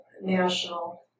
National